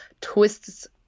twists